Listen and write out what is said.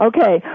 Okay